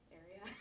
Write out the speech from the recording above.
area